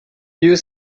you